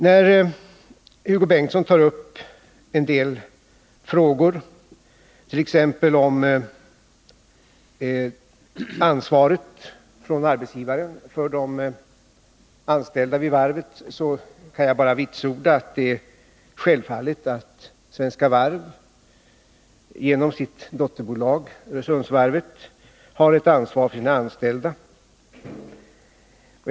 När Hugo Bengtsson tar upp frågan om arbetsgivarens ansvar för de anställda vid varvet, kan jag bara vitsorda att det är självklart att Svenska Varv genom sitt dotterbolag Öresundsvarvet har ett ansvar för sina anställda.